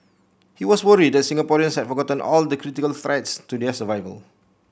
he was worried that Singaporeans had forgotten all the critical threats to their survival